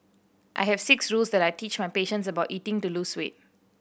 I have six rules that I teach my patients about eating to lose weight